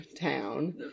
town